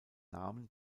namen